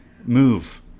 move